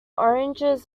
oranges